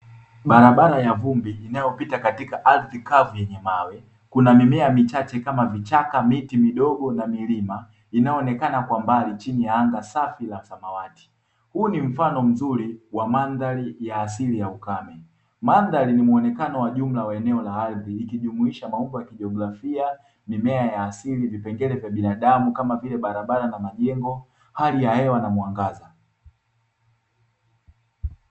Barabara ya vumbi inayopita katika ardhi kavu yenye mawe kuna mimea michache kama vichaka, miti midogo na milima inayoonekana kwa mbali chini ya anga safi la samawati. Huu ni mfano mzuri wa mandhari ya asili ya ukame, mandhari ni muonekano wa jumla wa eneo la ardhi likijumuisha maumbo ya kijiografia, mimea ya asili vipengele vya binadamu kama vile barabara na majengo, hali ya hewa na mwangaza.